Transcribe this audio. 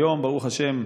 היום, ברוך השם,